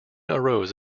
arose